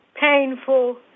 painful